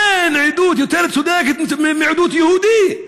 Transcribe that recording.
אין עדות יותר צודקת מעדות יהודי,